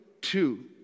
two